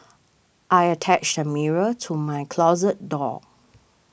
I attached a mirror to my closet door